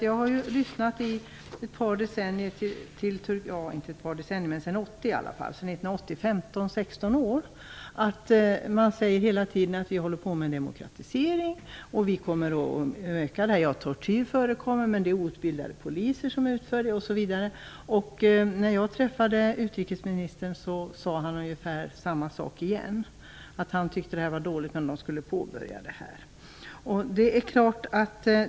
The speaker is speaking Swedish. Jag har lyssnat till vad som sagts sedan 1980, dvs. 15,16 år. Man säger hela tiden att man håller på med en demokratisering och kommer att öka demokratin. Tortyr förekommer, men det är outbildade poliser som utför den, osv. När jag träffade utrikesminstern sade han ungefär samma sak igen. Han tyckte det var dåligt, men man skulle påbörja arbetet.